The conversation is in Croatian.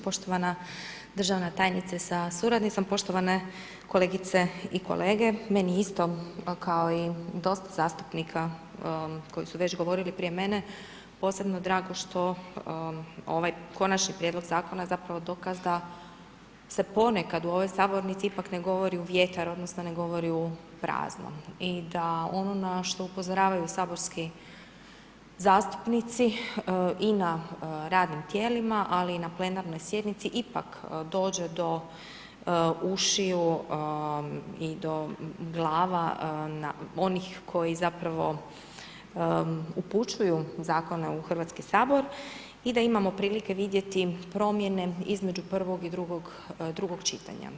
Poštovana državna tajnice sa suradnicom, poštovane kolegice i kolege, meni isto, kao i dosta zastupnika koji su već govorilo prije mene, posebno drago što ovaj Konačni prijedlog Zakona zapravo dokaz da se ponekad u ovoj sabornici ipak ne govori u vjetar odnosno ne govori u prazno i da ono na što upozoravaju saborski zastupnici i na radnim tijelima, ali i na plenarnoj sjednici, ipak dođe do ušiju i do glava onih koji zapravo upućuju Zakone u HS i da imamo prilike vidjeti promijene između prvog i drugog čitanja.